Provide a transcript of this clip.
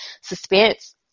suspense